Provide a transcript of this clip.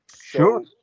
Sure